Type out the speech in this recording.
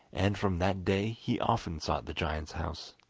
and from that day he often sought the giant's house.